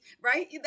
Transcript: right